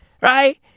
Right